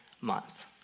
month